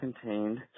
contained